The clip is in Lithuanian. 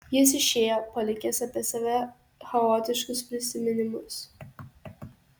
jis išėjo palikęs apie save chaotiškus prisiminimus